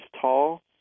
tall